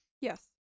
Yes